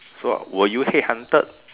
so were you head hunted